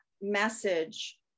message